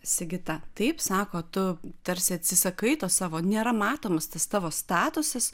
sigita taip sako tu tarsi atsisakai to savo nėra matomas tas tavo statusas